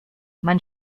man